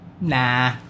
Nah